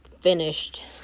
finished